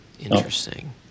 Interesting